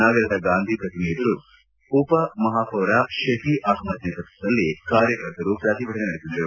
ನಗರದ ಗಾಂಧಿ ಪ್ರತಿಮೆ ಎದುರು ಉಪ ಮಹಾಪೌರ ಶೆಫಿ ಅಹಮ್ಮದ್ ನೇತೃತ್ವದಲ್ಲಿ ಕಾರ್ಯಕರ್ತರು ಪ್ರತಿಭಟನೆ ನಡೆಸಿದರು